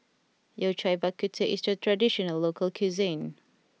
Yao Cai Bak Kut Teh is a traditional local cuisine